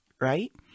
Right